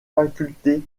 faculté